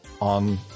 on